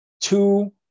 two